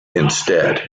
instead